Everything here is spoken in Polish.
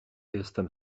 jestem